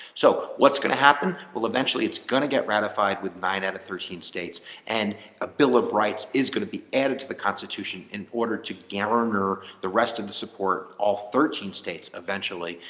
so what's going to happen? we'll eventually it's going to get ratified with nine out of thirteen states and a bill of rights is going to be added to the constitution in order to garner the rest of the support of all thirteen states eventually,